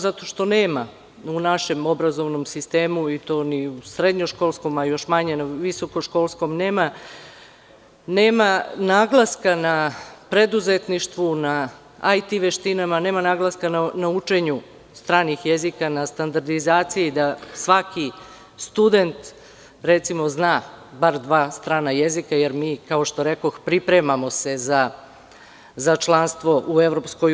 Zato što nema u našem obrazovnom sistemu, ni u srednjoškolskom, a još manje u visokoškolskom, nema naglaska na preduzetništvu, na „IT“ veštinama, nema naglaska na učenju stranih jezika, na standardizaciji, da svaki student zna bar dva strana jezika, jer mi, kao što rekoh, pripremamo se za članstvo u EU.